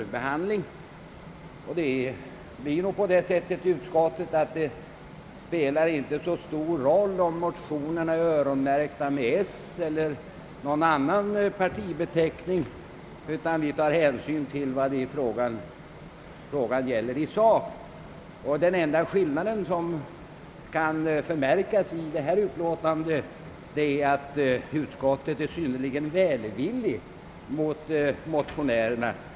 Emellertid är det nog så i utskottet att det inte spelar så stor roll, om motionerna är »Öronmärkta» med »s» eller någon annan partibeteckning, utan vi tar hänsyn till vad frågan gäller i sak. Det enda ovanliga som kan förmärkas i det här betänkandet är att utskottet är synnerligen välvilligt mot motionärerna.